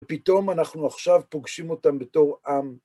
ופתאום אנחנו עכשיו פוגשים אותם בתור עם.